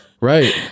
Right